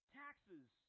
taxes